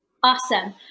Awesome